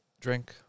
Drink